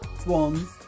swans